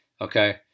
Okay